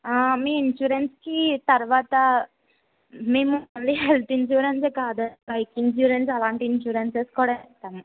మీ ఇన్సురెన్సుకి తర్వాత మేము ఓన్లీ హెల్త్ ఇన్సురెన్సే కాదు బైక్ ఇన్సూరెన్స్ అలాంటి ఇన్సురన్సస్ కూడా ఇస్తాము